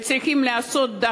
וצריכים לעשות,